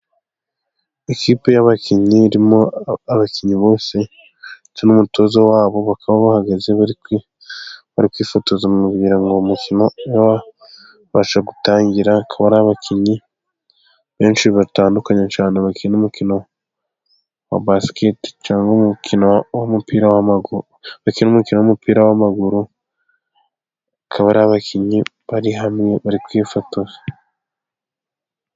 Ikipe y'abakinnyi irimo abakinnyi bose ndetse n'umutoza wabo, bakaba bahagaze bari kwifotoza kugira ngo umukino ube wabasha gutangira, bakaba ari abakinnyi benshi batandukanye cyane, bakina umukino wa basikete cyangwa umukino w'umupira w'amaguru, bakina umukino w'umupira w'amaguru, akaba ari abakinnyi bari hamwe bari kwifotoza.